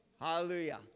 Hallelujah